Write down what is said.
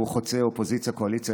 הוא חוצה אופוזיציה קואליציה,